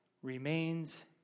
Remains